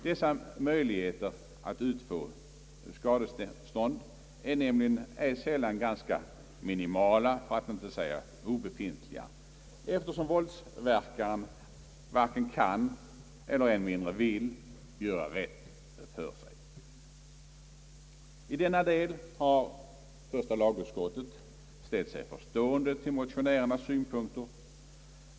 Dessa möjligheter att utfå skadeersättning är nämligen ej sällan ganska minimala för att inte säga obefintliga. Våldsverkaren varken kan eller än mindre vill göra rätt för sig. I denna del har första lagutskottet ställt sig förstående till motionärernas synpunkter.